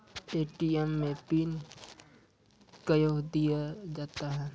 ATM मे pin कयो दिया जाता हैं?